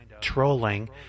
trolling